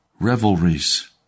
revelries